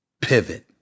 pivot